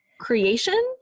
creation